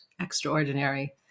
extraordinary